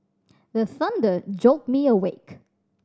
the thunder jolt me awake